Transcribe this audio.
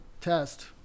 test